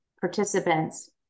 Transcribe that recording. participants